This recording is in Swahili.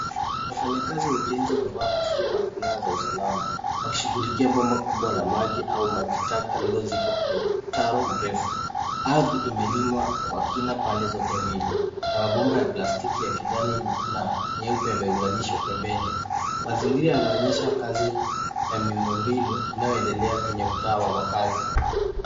Wafanyakazi wa ujenzi wamevaa kofia na fulana za usalama, wakishughulikia bomba kubwa la maji au maji taka lililozikwa kwenye mtaro mrefu. Ardhi imelimwa kwa kina pande zote mbili na mabomba ya plastiki ya kijani na nyeupe yameunganishwa pembeni. Mazingira yanaonyesha kazi ya miundo mbinu inayoendelea kwenye mtaa wa makazi.